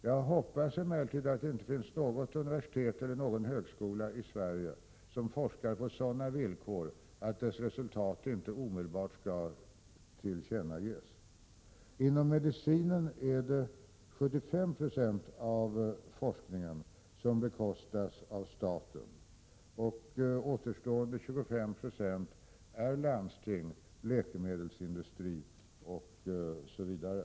Jag hoppas emellertid att det inte finns något universitet eller någon högskola i Sverige som forskar på sådana villkor att dess resultat inte omedelbart skall tillkännages. Den medicinska forskningen bekostas till 75 26 av staten. Återstående 25 96 bekostas av landsting, läkemedelsindustri osv.